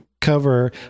cover